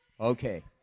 Okay